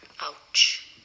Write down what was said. Ouch